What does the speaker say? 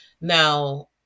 Now